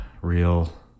real